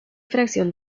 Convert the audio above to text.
fracción